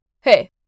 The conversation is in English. Hey